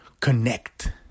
connect